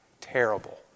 terrible